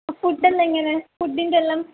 food എന്താണിങ്ങനെ ഫുഡിൻ്റെ എല്ലാം